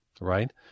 right